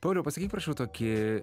pauliau pasakyk prašau tokį